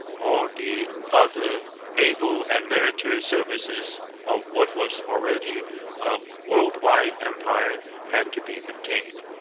all the other naval and military services of what was already a world-wide empire had to be maintained.